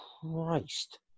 Christ